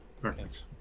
Perfect